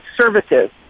services